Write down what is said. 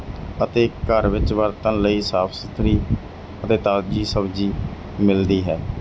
ਅਤੇ ਘਰ ਵਿੱਚ ਵਰਤਣ ਲਈ ਸਾਫ ਸੁਥਰੀ ਅਤੇ ਤਾਜ਼ੀ ਸਬਜ਼ੀ ਮਿਲਦੀ ਹੈ